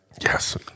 Yes